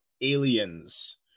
aliens